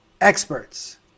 experts